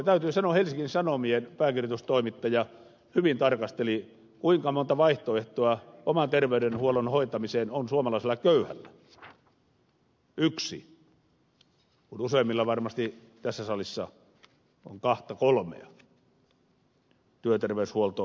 täytyy sanoa että helsingin sanomien pääkirjoitustoimittaja hyvin tarkasteli kuinka monta vaihtoehtoa oman terveydenhuollon hoitamiseen on suomalaisella köyhällä yksi kun useimmilla varmasti tässä salissa on kahta kolmea työterveyshuolto muistaen